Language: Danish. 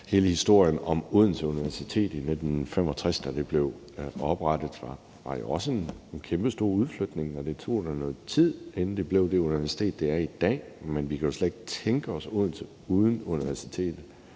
hele historien om Odense Universitet, da det blev oprettet i ca. 1965. Der var jo også en kæmpestor udflytning, og det tog da noget tid, inden det blev det universitet, det er i dag, men vi kan jo slet ikke tænke os Odense uden universitetet.